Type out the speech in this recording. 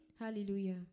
Hallelujah